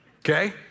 Okay